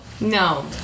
No